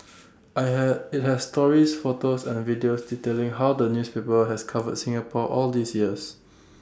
I have IT has stories photos and videos detailing how the newspaper has covered Singapore all these years